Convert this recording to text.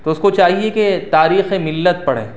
تو اس کو چاہیے کہ تاریخ ملت پڑھے